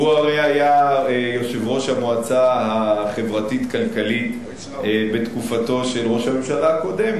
הרי היה יושב-ראש המועצה החברתית-כלכלית בתקופתו של ראש הממשלה הקודם,